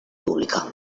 pública